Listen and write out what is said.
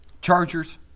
Chargers